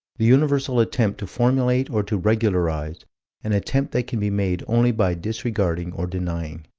the universal attempt to formulate or to regularize an attempt that can be made only by disregarding or denying.